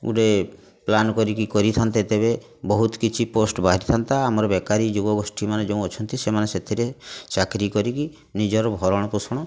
ଗୋଟିଏ ପ୍ଲାନ୍ କରିକି କରିଥାନ୍ତେ ତେବେ ବହୁତ କିଛି ପୋଷ୍ଟ୍ ବାହାରିଥାନ୍ତା ଆମର ବେକାରୀ ଯୁବଗୋଷ୍ଠୀମାନେ ଯେଉଁ ଅଛନ୍ତି ସେମାନେ ସେଥିରେ ଚାକିରି କରିକି ନିଜର ଭରଣପୋଷଣ